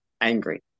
angry